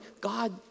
God